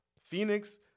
Phoenix